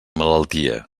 malaltia